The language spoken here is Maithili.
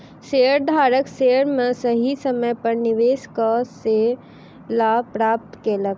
शेयरधारक शेयर में सही समय पर निवेश कअ के लाभ प्राप्त केलक